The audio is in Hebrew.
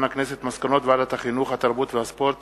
מסקנות ועדת החינוך, התרבות והספורט